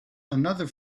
another